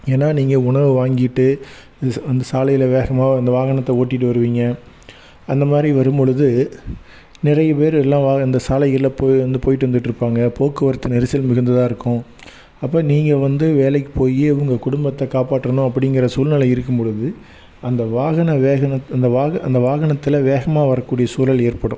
ஏன்னால் நீங்கள் உணவு வாங்கிட்டு இந் அந்த சாலையில் வேகமாக அந்த வாகனத்தை ஓட்டிகிட்டு வருவீங்க அந்த மாதிரி வரும்பொழுது நிறைய பேர் எல்லாம் வா அந்த சாலைகளில் போய் வந்து போய்ட்டு வந்துட்டு இருப்பாங்க போக்குவரத்து நெரிசல் மிகுந்ததாக இருக்கும் அப்போ நீங்கள் வந்து வேலைக்கு போய் உங்கள் குடும்பத்தை காப்பாற்றணும் அப்படிங்கிற சூழ்நெல இருக்கும் பொழுது அந்த வாகன வேக அந்த வாக அந்த வாகனத்தில் வேகமாக வரக்கூடிய சூழல் ஏற்படும்